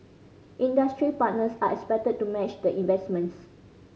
industry partners are expected to match the investments